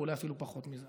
ואולי אפילו פחות מזה.